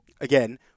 again